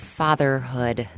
fatherhood